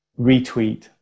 retweet